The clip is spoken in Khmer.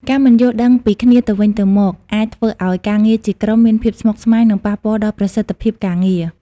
ការមិនយល់ដឹងពីគ្នាទៅវិញទៅមកអាចធ្វើឱ្យការងារជាក្រុមមានភាពស្មុគស្មាញ និងប៉ះពាល់ដល់ប្រសិទ្ធភាពការងារ។